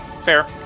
fair